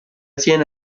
siena